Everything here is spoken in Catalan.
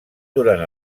durant